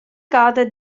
gada